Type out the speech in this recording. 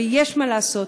ויש מה לעשות.